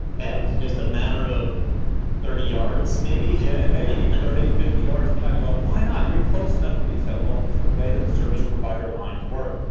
and it's just a matter of thirty yards, maybe. yeah, and maybe thirty, fifty yards. and you might be going, why not, you're close enough to do so. well, it's the way that the service provider lines work.